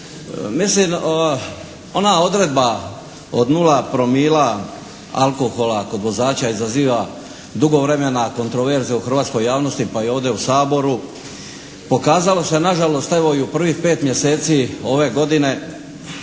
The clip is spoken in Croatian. Mislim ona odredba od 0 promila alkohola kod vozača izaziva dugo vremena kontroverze u hrvatskoj javnosti, pa i ovdje u Saboru. Pokazalo se na žalost evo i u prvih 5 mjeseci ove godine